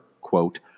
quote